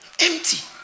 empty